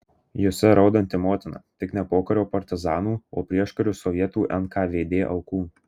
jose ir raudanti motina tik ne pokario partizanų o prieškariu sovietų nkvd aukų